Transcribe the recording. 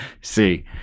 see